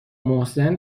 محسن